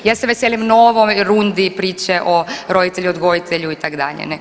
Ja se veselim novoj rundi priče o roditelju odgojitelju itd.